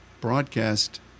broadcast